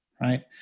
right